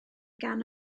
gan